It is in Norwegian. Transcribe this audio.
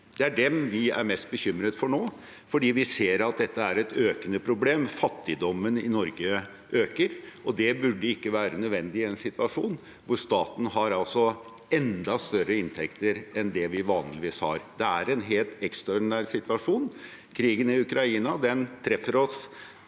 Det er dem vi er mest bekymret for nå, fordi vi ser at dette er et økende problem. Fattigdommen i Norge øker, og det burde ikke være nødvendig i en situasjon hvor staten altså har enda større inntekter enn det den vanligvis har. Det er en helt ekstraordinær situasjon. Krigen i Ukraina treffer oss